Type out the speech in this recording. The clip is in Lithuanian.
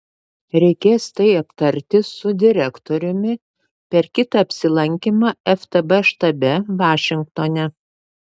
reikės tai aptarti su direktoriumi per kitą apsilankymą ftb štabe vašingtone